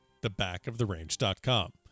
thebackoftherange.com